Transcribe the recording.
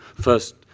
first